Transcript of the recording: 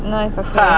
nah it's okay